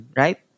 right